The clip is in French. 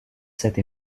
cette